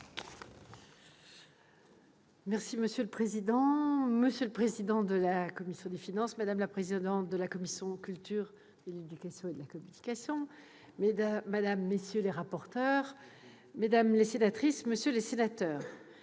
Monsieur le président, monsieur le président de la commission des finances, madame la présidente de la commission de la culture, de l'éducation et de la communication, mesdames, messieurs les rapporteurs, mesdames les sénatrices, messieurs les sénateurs,